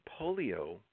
Polio